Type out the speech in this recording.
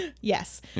yes